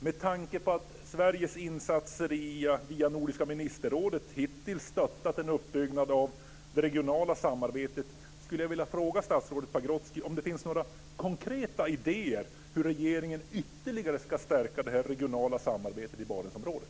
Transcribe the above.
Med tanke på att Sveriges insatser via Nordiska ministerrådet hittills stöttat en uppbyggnad av det regionala samarbetet skulle jag vilja fråga statsrådet Pagrotsky om det finns några konkreta idéer om hur regeringen ytterligare ska stärka det regionala samarbetet i Barentsområdet.